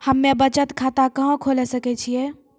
हम्मे बचत खाता कहां खोले सकै छियै?